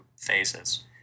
phases